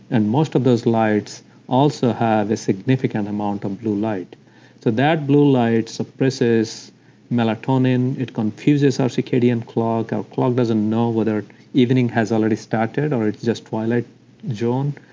and most of those lights also have a significant amount of um blue light, so that blue light suppresses melatonin. it confuses our circadian clock. our clock doesn't know whether evening has already started or it's just twilight zone,